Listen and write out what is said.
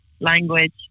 language